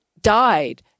died